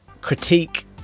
critique